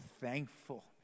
thankful